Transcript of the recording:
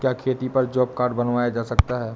क्या खेती पर जॉब कार्ड बनवाया जा सकता है?